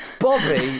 Bobby